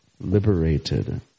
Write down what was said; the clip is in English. liberated